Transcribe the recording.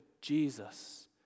Jesus